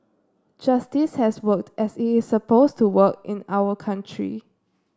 justice has worked as it is supposed to work in our country